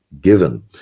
given